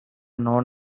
known